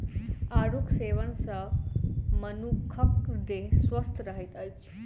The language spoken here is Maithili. आड़ूक सेवन सॅ मनुखक देह स्वस्थ रहैत अछि